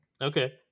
Okay